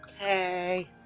Okay